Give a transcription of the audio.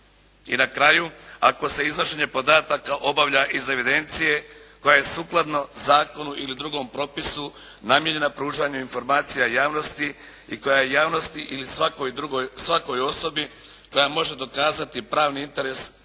I na kraju, "Ako se iznošenje podataka obavlja iz evidencije koje je sukladno zakonu ili drugom propisu namijenjena pružanju informacija javnosti i koja javnosti i svakoj osobi koja može dokazati pravni interes otvoreno